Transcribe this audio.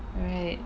alright